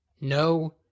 No